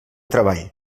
treball